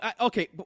okay